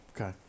Okay